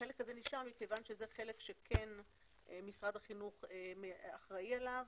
החלק הזה נשאר מכיוון שזה חלק שכן משרד החינוך אחראי עליו.